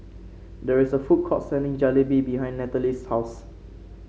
there is a food court selling Jalebi behind Nathalie's house